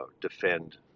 defend